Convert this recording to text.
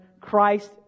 Christ